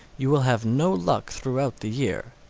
you will have no luck throughout the year.